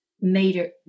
meter